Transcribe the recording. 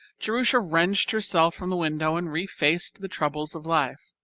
jerusha wrenched herself from the window and refaced the troubles of life.